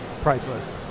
priceless